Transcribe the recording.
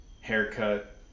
haircut